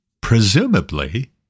presumably